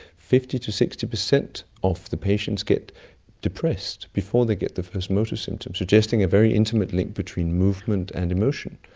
fifty percent to sixty percent of the patients get depressed before they get the first motor symptoms, suggesting a very intimate link between movement and emotion.